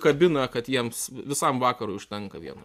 kabina kad jiems visam vakarui užtenka vieno